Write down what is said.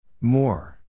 More